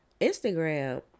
Instagram